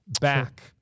back